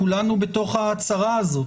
כולנו בתוך הצרה הזאת,